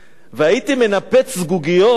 והייתי מנפץ זגוגיות,